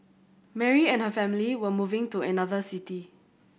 Mary and her family were moving to another city